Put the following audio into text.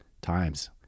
times